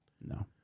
No